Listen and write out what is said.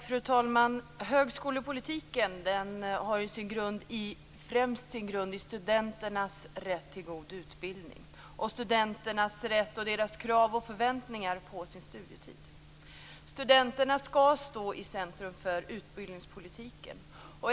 Fru talman! Högskolepolitiken har främst sin grund i studenternas rätt till god utbildning och i deras krav och förväntningar på sin studietid. Studenterna skall stå i centrum för utbildningspolitiken.